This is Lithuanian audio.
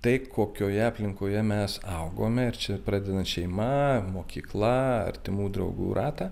tai kokioje aplinkoje mes augome ir čia pradedant šeima mokykla artimų draugų ratą